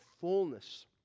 fullness